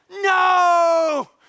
No